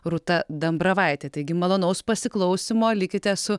rūta dambravaitė taigi malonaus pasiklausymo likite su